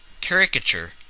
caricature